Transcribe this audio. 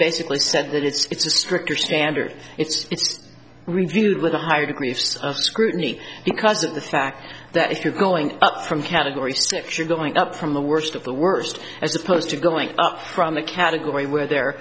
basically said that it's a stricter standard it's reviewed with a higher degree of scrutiny because of the fact that if you're going from category structure going up from the worst of the worst as opposed to going up from a category where there